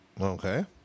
Okay